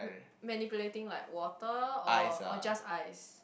manipulating like water or or just ice